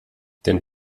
den